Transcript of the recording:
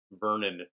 Vernon